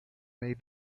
may